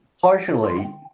Partially